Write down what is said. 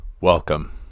Welcome